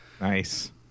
Nice